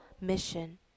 mission